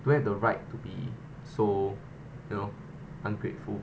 to have the right to be so you know ungrateful